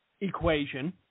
equation